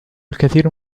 الكثير